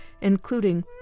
including